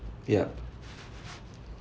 yup